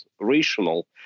rational